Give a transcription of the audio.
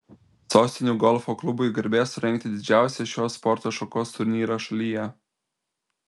sostinių golfo klubui garbė surengti didžiausią šios sporto šakos turnyrą šalyje